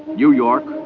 new york,